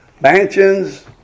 Mansions